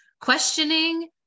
Questioning